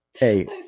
Hey